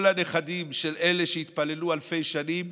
כל הנכדים של אלה שהתפללו אלפי שנים,